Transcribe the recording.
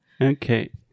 Okay